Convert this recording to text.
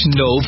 no